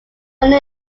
only